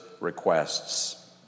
requests